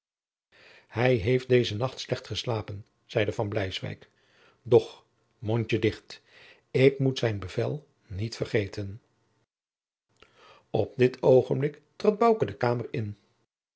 hij heeft deze nacht slecht geslapen zeide van bleiswyk doch mondje dicht ik moet zijn bevel niet vergeten op dit oogenblik trad bouke de kamer in